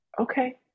okay